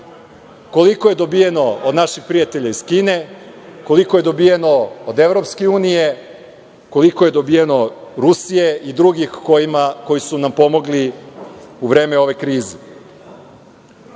koliko je dobijeno od naših prijatelja iz Kine, koliko je dobijeno iz EU, koliko je dobijeno od Rusije i drugih koji su nam pomogli u vreme ove krize.U